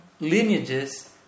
lineages